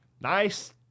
Nice